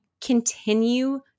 continue